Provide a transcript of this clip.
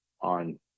on